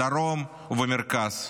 בדרום ובמרכז.